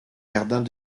jardins